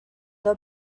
del